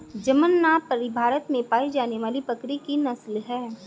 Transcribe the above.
जमनापरी भारत में पाई जाने वाली बकरी की नस्ल है